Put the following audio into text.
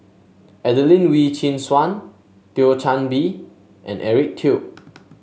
Adelene Wee Chin Suan Thio Chan Bee and Eric Teo